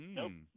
nope